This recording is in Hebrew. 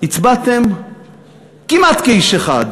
הצבעתם כמעט כאיש אחד.